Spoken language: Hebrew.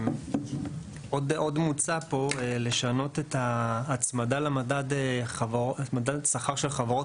עוד מוצע פה לשנות את ההצמדה למדד השכר של חברות